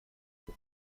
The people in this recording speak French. elle